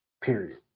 period